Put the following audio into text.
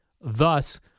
Thus